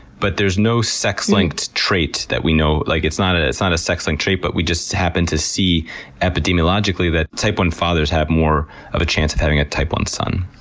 but there's no sex-linked trait that we know. like, it's not a sex-linked trait, but we just happen to see epidemiologically that type one fathers have more of a chance of having a type one son.